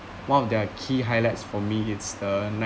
one of their key highlights for me is the